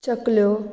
चकल्यो